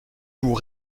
vous